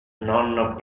non